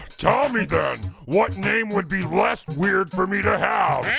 tell me then, what name would be less weird for me to have?